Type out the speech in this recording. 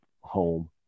home